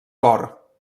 cor